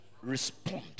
respond